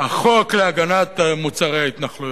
החוק להגנת מוצרי ההתנחלויות.